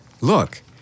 Look